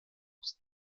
aus